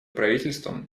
правительством